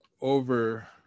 over